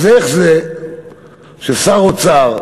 אז איך זה ששר האוצר,